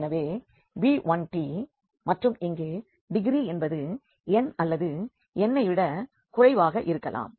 எனவே b1t மற்றும் இங்கே டிகிரீ என்பது n அல்லது n ஐ விட குறைவாக இருக்கலாம்